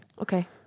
Okay